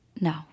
No